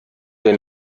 der